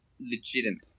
legitimate